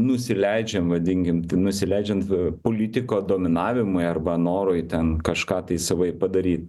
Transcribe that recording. nusileidžiam vadinkim nusileidžiant politiko dominavimui arba norui ten kažką tai savaip padaryt